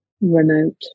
remote